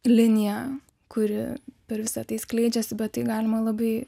linija kuri per visą tai skleidžiasi bet tai galima labai